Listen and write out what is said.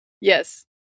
Yes